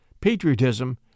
patriotism